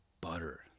Butter